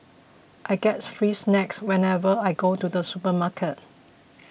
I get free snacks whenever I go to the supermarket